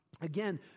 Again